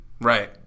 Right